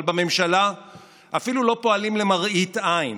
אבל בממשלה אפילו לא פועלים למראית עין,